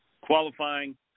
qualifying